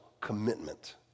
commitment